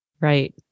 Right